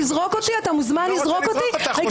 מאחר שאתם לוקחים את זמן הדיבור של